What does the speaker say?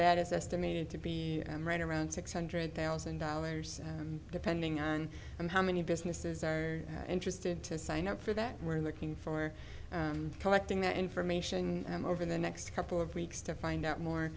that is estimated to be right around six hundred thousand dollars depending on how many businesses are interested to sign up for that we're looking for collecting that information over the next couple of weeks to find out more